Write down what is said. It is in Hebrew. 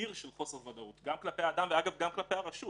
אדיר של חוסר ודאות גם כלפי אדם וגם כלפי הרשות